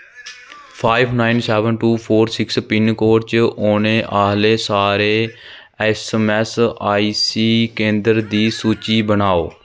five nine seven two four six pin code च औने आह्ले सारे एसएमएस आईसी केंदर दी सूची बनाओ